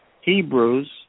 Hebrews